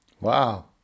Wow